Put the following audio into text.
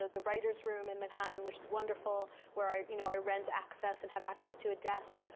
the writer's room in manhattan, which is wonderful, where i you know i rent access and have access to a desk.